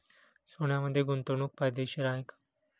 सोन्यामध्ये गुंतवणूक फायदेशीर आहे का?